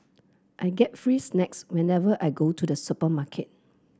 I get free snacks whenever I go to the supermarket